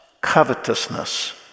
covetousness